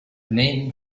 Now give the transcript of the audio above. men